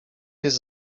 jest